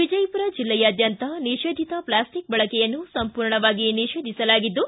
ವಿಜಯಪುರ ಬಿಲ್ಲೆಯಾದ್ವಂತ ನಿಷೇಧಿತ ಪ್ಲಾಸ್ಟಿಕ್ ಬಳಕೆಯನ್ನು ಸಂಪೂರ್ಣವಾಗಿ ನಿಷೇಧಿಸಲಾಗಿದ್ದು